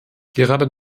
gerade